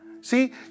See